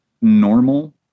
normal